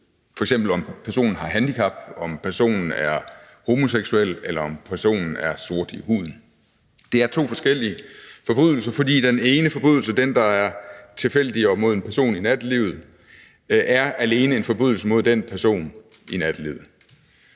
f.eks. om personen har et handicap, om personen er homoseksuel, eller om personen er sort i huden. Det er to forskellige forbrydelser, for den ene forbrydelse, den, der er tilfældig og mod en person i nattelivet, er alene en forbrydelse mod den person i nattelivet.